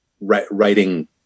writing